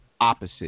Opposite